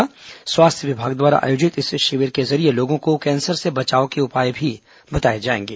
स्वास्थ्य विभाग द्वारा आयोजित इस शिविर के जरिये लोगों को कैंसर से बचाव के उपाए भी बताए जाएंगे